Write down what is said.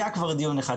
היה כבר דיון אחד,